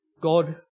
God